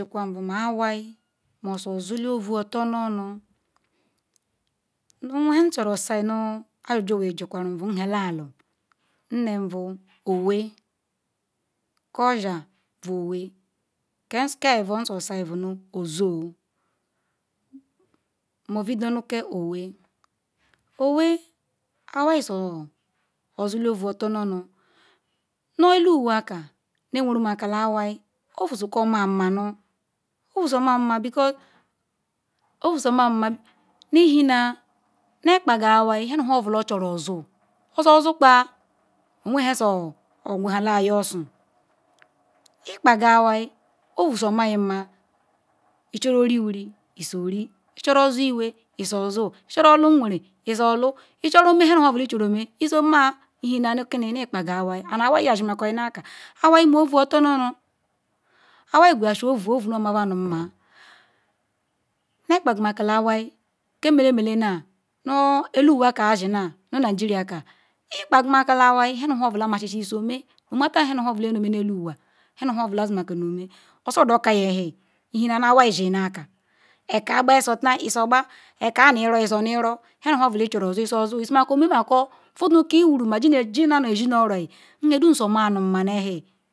Onisikwu bu ma lwai ososule ovu-otor-nu onu oweru nhecncoru osanu ajuju Isikwaru bu nhe lalu. Nim bu owee kaoshan bu owee ke ebu nzazayi bu ozoo nmebidonu ke owee. Owee Iwai si osule ovu otor nuonu ne eluanwa ke nye werumakole Iwai ovu sa-manma ouu-samanmanu ouu-sananma ihena nye kpaya lwai nye nyeobh hchoru ozu ozukpa owe-nhe sioyoyelayazu. lkoaqu lusai ovusamamma echoru orwuri isa ori ichoru osu-iwe isuosu ichoru olu nweren izu olu ichoru ome nhe nu nhe obula icgoru me izu omeya lhena nu iziri nu ikpaya iwai aud lwai zimako nu ahu iwai me ouu otor-nu-onu awai qwe yesi ouu ouu namanyi mma nye kpagumaku awai emeneme now nu ke nugeria kam ikpaqumakala awai nhe nu nhe obula masisi izuome nhe nu nhe obula be ne me elunwa esiqunome osadoyayi ewhi ihena awai zinaka eka eqbaso taa izu agba beka ki nuriru inoriru nhe nu nhe obulu ochu ru osu iyo osu iyemako uudu keworu gina ezinouoro nhe dumi somanuma nu ewhi